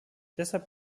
deshalb